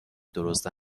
درست